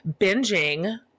binging